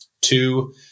Two